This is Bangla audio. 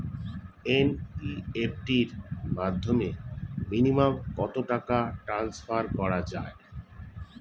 এন.ই.এফ.টি র মাধ্যমে মিনিমাম কত টাকা টান্সফার করা যায়?